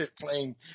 Playing